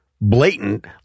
blatant